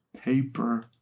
paper